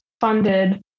funded